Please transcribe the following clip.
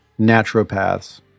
naturopaths